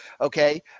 okay